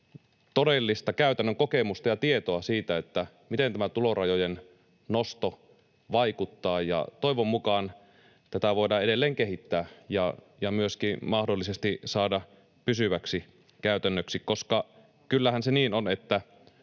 todellista käytännön kokemusta ja tietoa siitä, miten tämä tulorajojen nosto vaikuttaa. Toivon mukaan tätä voidaan edelleen kehittää ja myöskin mahdollisesti saada pysyväksi käytännöksi, koska kyllähän se niin on, että